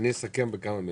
אסכם בכמה מילים.